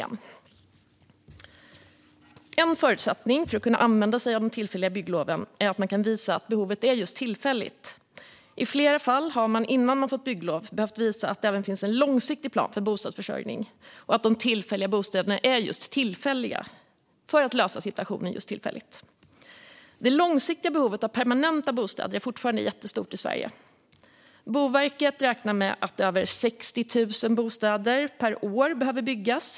En förutsättning för att kunna använda sig av de tillfälliga byggloven är att man kan visa att behovet är just tillfälligt. I flera fall har man innan man fått bygglov behövt visa att det även finns en långsiktig plan för bostadsförsörjning och att de tillfälliga bostäderna är just för att lösa situationen tillfälligt. Det långsiktiga behovet av permanenta bostäder är fortfarande jättestort i Sverige. Boverket räknar med att över 60 000 bostäder per år behöver byggas.